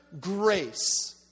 grace